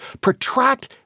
protract